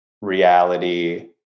reality